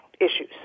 issues